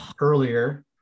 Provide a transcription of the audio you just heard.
earlier